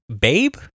Babe